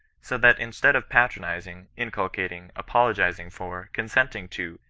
so that instead of patronizing, incul cating, apologizing for, consenting to,